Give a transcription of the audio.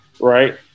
Right